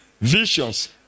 visions